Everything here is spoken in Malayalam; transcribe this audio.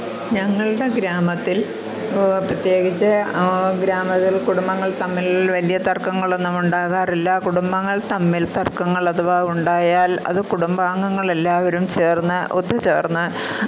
ഞങ്ങളുടെ ഗ്രാമത്തില് പ്രത്യേകിച്ച് ഗ്രാമത്തില് കുടുംബങ്ങള് തമ്മില് വലിയ തര്ക്കങ്ങളൊന്നും ഉണ്ടാകാറില്ല കുടുംബങ്ങള് തമ്മില് തര്ക്കങ്ങള് അഥവാ ഉണ്ടായാല് അത് കുടുംബാംഗങ്ങള് എല്ലാവരും ചേര്ന്ന് ഒത്തു ചേര്ന്ന്